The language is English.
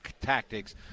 tactics